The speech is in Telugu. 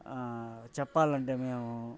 చెప్పాలంటే మేము